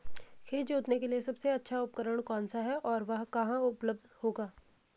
खेत जोतने के लिए सबसे अच्छा उपकरण कौन सा है और वह कहाँ उपलब्ध होगा?